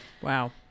Wow